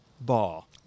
Ball